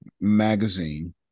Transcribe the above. magazine